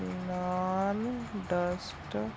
non dust